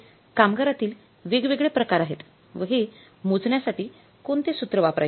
हे कामगारातील वेगवेगळे प्रकार आहेत व हे मोजण्यासाठी कोणते सूत्र वापरायचे